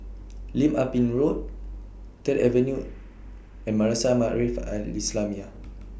Lim Ah Pin Road Third Avenue and Madrasah Maarif Al Islamiah